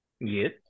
Yes